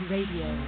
Radio